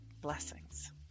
Blessings